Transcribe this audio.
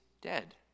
dead